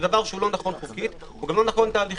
דבר שלא נכון חוקית וגם לא תהליכית.